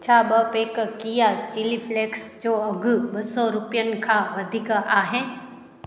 छा ॿ पैक किया चिली फलैक्स जो अघि ॿ सौ रुपियनि खां वधीक आहे